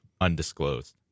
undisclosed